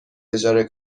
اجاره